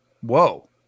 Whoa